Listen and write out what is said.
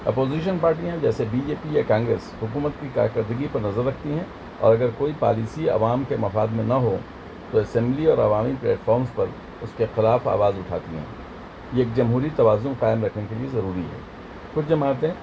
opposition پارٹیاں جیسے B J P یا کانگریس حکومت کی کاکردگی پر نظر رکھتی ہیں اور اگر کوئی پالیسی عوام کے مفاد میں نہ ہو تو اسمبلی اور عوامی پلیٹفارمس پر اس کے خلاف آواز اٹھاتی ہیں یہ ایک جمہوری توازن قائم رکھنے کے لیے ضروری ہے کچھ جماعتیں